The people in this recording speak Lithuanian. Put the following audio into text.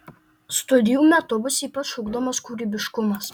studijų metu bus ypač ugdomas kūrybiškumas